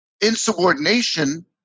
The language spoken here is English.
insubordination